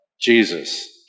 Jesus